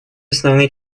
основные